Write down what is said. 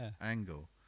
angle